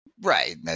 Right